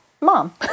mom